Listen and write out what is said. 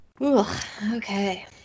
okay